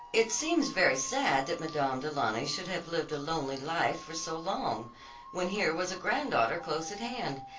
it seems very sad that madame du launy should have lived a lonely life for so long when here was a granddaughter close at hand,